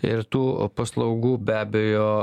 ir tų paslaugų be abejo